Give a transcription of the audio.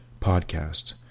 podcast